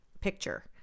picture